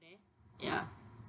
and ya